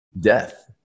death